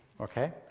okay